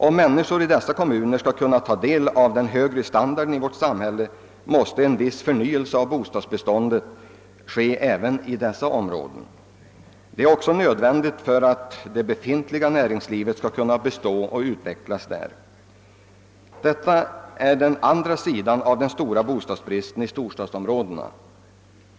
Om människor i dessa kommuner skall kunna ta del av den högre standarden i vårt samhälle måste en viss förnyelse av bostadsbeståndet ske även där. Detta är också nödvändigt för att det befintliga näringslivet skall kunna bestå och utvecklas. Detta är den andra sidan av den stora bostadsbristen i storstadsområdena.